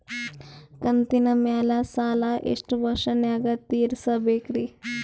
ಕಂತಿನ ಮ್ಯಾಲ ಸಾಲಾ ಎಷ್ಟ ವರ್ಷ ನ್ಯಾಗ ತೀರಸ ಬೇಕ್ರಿ?